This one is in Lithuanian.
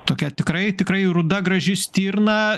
tokia tikrai tikrai ruda graži stirna